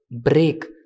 break